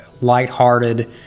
lighthearted